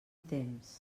temps